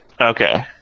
okay